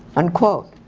unquote.